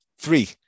Three